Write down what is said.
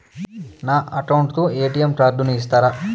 నా అకౌంట్ కు ఎ.టి.ఎం కార్డును ఇస్తారా